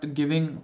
giving